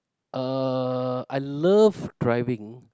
(uh)I love driving